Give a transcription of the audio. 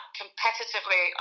competitively